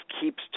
keeps